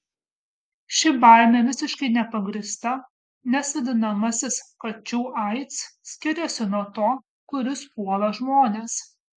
ši baimė visiškai nepagrįsta nes vadinamasis kačių aids skiriasi nuo to kuris puola žmones